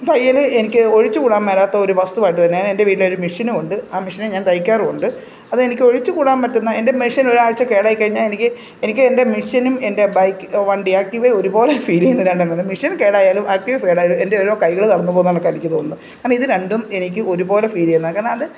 തയ്യല് എനിക്ക് ഒഴിച്ചുകൂടാമ്മേലാത്തൊരു വസ്തുവായിട്ടു തന്നെയാണ് എൻ്റെ വീട്ടിലൊരു മെഷിനൂണ്ട് ആ മെഷിനിൽ ഞാൻ തയ്ക്കാറൂണ്ട് അതെനിക്ക് ഒഴിച്ചുകൂടാന് പറ്റുന്ന എൻ്റെ മെഷിൻ ഒരാഴ്ച കേടായിക്കഴിഞ്ഞാല് എനിക്ക് എനിക്ക് എൻ്റെ മെഷിനും എൻ്റെ ബൈക്ക് വണ്ടി ആക്ടീവയും ഒരുപോലെ ഫീലേയ്യുന്ന രണ്ടെണ്ണമാണ് മെഷിൻ കേടായാലും ആക്ടിവ കേടായാലും എൻ്റെ ഓരോ കൈകള് തളർന്നുപോകുന്ന കണക്കാണ് എനിക്ക് തോന്നുന്നെ കാരണം ഇത് രണ്ടും എനിക്ക് ഒരുപോലെ ഫീലേയ്യുന്ന കാരണം അത്